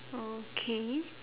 okay